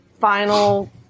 final